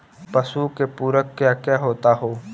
पशु के पुरक क्या क्या होता हो?